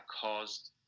caused